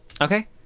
Okay